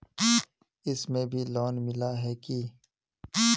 इसमें भी लोन मिला है की